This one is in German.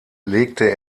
legte